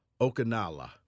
Okanala